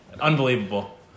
Unbelievable